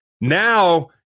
now